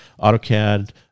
AutoCAD